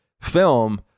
film